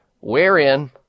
wherein